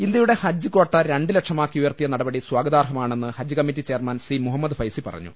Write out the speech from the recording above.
ഇന്ത്യയുടെ ഹജ്ജ് ക്വാട്ട രണ്ട് ലക്ഷമാക്കി ഉയർത്തിയ നടപടി സ്വാഗതാർഹമാണെന്ന് ഹജ്ജ് committee chairman C Muhammad Faizi പറഞ്ഞു